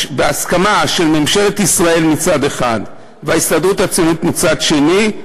בהסכמה של ממשלת ישראל מצד אחד וההסתדרות הציונית מצד שני,